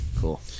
Cool